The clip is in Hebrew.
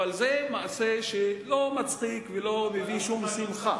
אבל זה מעשה שלא מצחיק ולא מביא שום שמחה.